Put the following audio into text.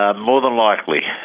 ah more than likely.